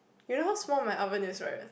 you know how small my oven is right